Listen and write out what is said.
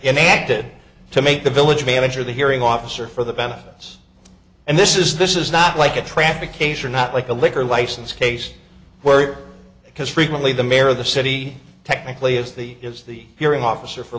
and acted to make the village manager the hearing officer for the benefits and this is this is not like a traffic case or not like a liquor license case where you are because frequently the mayor of the city technically is the is the hearing officer for